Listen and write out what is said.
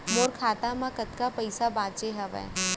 मोर खाता मा कतका पइसा बांचे हवय?